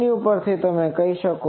જેથી તમે કરી શકો